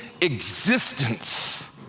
existence